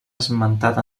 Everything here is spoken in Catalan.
esmentat